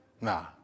Nah